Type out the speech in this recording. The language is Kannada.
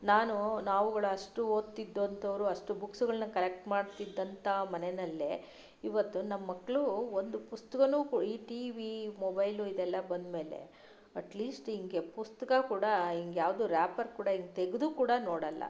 ನಾನು ನಾವುಗಳು ಅಷ್ಟು ಓದ್ತಿದ್ದಂಥವರು ಅಷ್ಟು ಬುಕ್ಸ್ಗಳನ್ನು ಕಲೆಕ್ಟ್ ಮಾಡ್ತಿದ್ದಂಥ ಮನೆಯಲ್ಲೇ ಇವತ್ತು ನಮ್ಮ ಮಕ್ಕಳು ಒಂದು ಪುಸ್ತಕಾನೂ ಕು ಈ ಟಿ ವಿ ಮೊಬೈಲ್ ಇದೆಲ್ಲಾ ಬಂದಮೇಲೆ ಅಟ್ಲೀಸ್ಟ್ ಹೀಗೆ ಪುಸ್ತಕ ಕೂಡ ಹೀಗೆ ಯಾವುದು ರ್ಯಾಪರ್ ಕೂಡ ಹೀಗೆ ತೆಗೆದು ಕೂಡ ನೋಡೋಲ್ಲ